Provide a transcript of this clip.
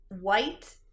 white